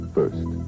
First